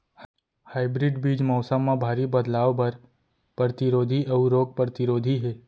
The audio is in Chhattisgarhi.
हाइब्रिड बीज मौसम मा भारी बदलाव बर परतिरोधी अऊ रोग परतिरोधी हे